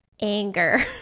anger